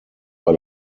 bei